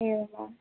एवं वा